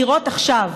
לראות עכשיו.